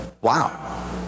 Wow